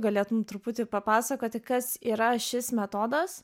galėtum truputį papasakoti kas yra šis metodas